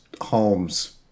Holmes